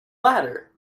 latter